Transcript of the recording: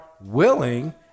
willing